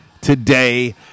today